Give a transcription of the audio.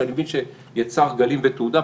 שאני מבין שיצר גלים ותעודה.